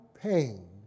pain